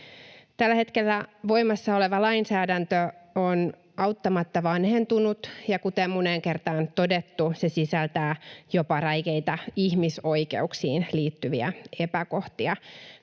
Tällä hetkellä voimassa oleva lainsäädäntö on auttamatta vanhentunut, ja kuten moneen kertaan on todettu, se sisältää jopa räikeitä ihmisoikeuksiin liittyviä epäkohtia.